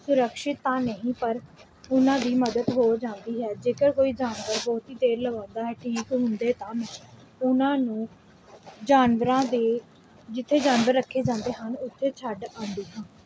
ਸੁਰਕਸ਼ਿਤ ਤਾਂ ਨਹੀਂ ਪਰ ਉਹਨਾਂ ਦੀ ਮਦਦ ਹੋ ਜਾਂਦੀ ਹੈ ਜੇਕਰ ਕੋਈ ਜਾਨਵਰ ਬਹੁਤੀ ਦੇਰ ਲਵਾਉਂਦਾ ਹੈ ਠੀਕ ਹੁੰਦੇ ਤਾਂ ਮੈਂ ਉਹਨਾਂ ਨੂੰ ਜਾਨਵਰਾਂ ਦੇ ਜਿੱਥੇ ਜਾਨਵਰ ਰੱਖੇ ਜਾਂਦੇ ਹਨ ਉੱਥੇ ਛੱਡ ਆਉਂਦੀ ਹਾਂ